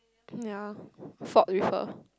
ya fought with her